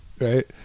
right